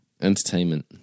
Entertainment